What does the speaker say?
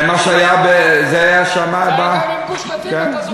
זה היה גם עם גוש-קטיף, אם אתה זוכר.